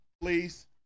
please